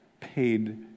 paid